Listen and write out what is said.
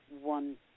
one